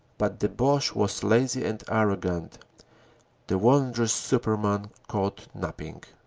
but the bache was lazy and arrogant the wondrous superman caught nap ping.